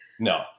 No